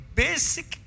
basic